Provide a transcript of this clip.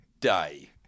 day